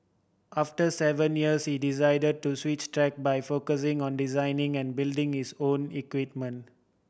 after seven years he decide to switch tack by focusing on designing and building his own equipment